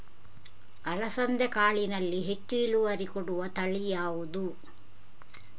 ಅಲಸಂದೆ ಕಾಳಿನಲ್ಲಿ ಹೆಚ್ಚು ಇಳುವರಿ ಕೊಡುವ ತಳಿ ಯಾವುದು?